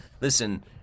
Listen